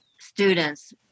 students